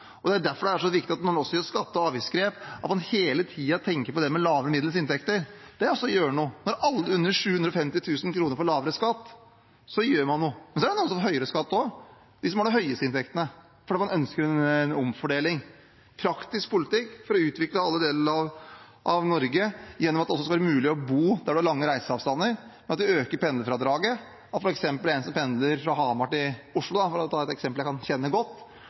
og det er derfor det er så viktig at man også tar skatte- og avgiftsgrep. At man hele tiden tenker på dem med lave og middels inntekter, er også gjøre noe. Når alle med inntekt under 750 000 kr får lavere skatt, så gjør man noe. Det er også noen som får høyere skatt – de som har de høyeste inntektene – fordi man ønsker en omfordeling. Vi har en praktisk politikk for å utvikle alle deler av Norge, for at det også skal være mulig å bo der det er lange reiseavstander, ved at vi øker pendlerfradraget. En som f.eks. pendler fra Hamar til Oslo,